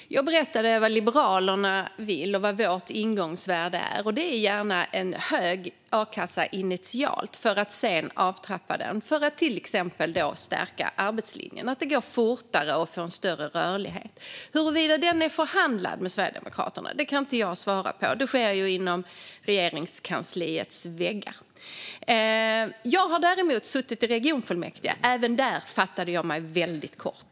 Fru talman! Jag berättade vad Liberalerna vill och vad vårt ingångsvärde är, och det är att a-kassan gärna får vara hög initialt för sedan trappas av. Det handlar om att till exempel stärka arbetslinjen - att det går fortare och man får en större rörlighet. Huruvida den är förhandlad med Sverigedemokraterna kan jag inte svara på; det sker ju inom Regeringskansliets väggar. Jag har suttit i regionfullmäktige, och även där fattade jag mig väldigt kort.